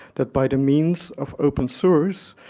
that by the means of open source,